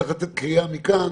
צריך לתת קריאה מכאן